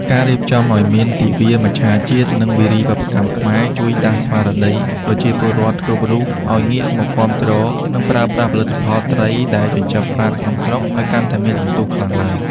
ការរៀបចំឱ្យមានទិវា "មច្ឆជាតិ និងវារីវប្បកម្មខ្មែរ" ជួយដាស់ស្មារតីប្រជាពលរដ្ឋគ្រប់រូបឱ្យងាកមកគាំទ្រ និងប្រើប្រាស់ផលិតផលត្រីដែលចិញ្ចឹមបានក្នុងស្រុកឱ្យកាន់តែមានសន្ទុះខ្លាំងឡើង។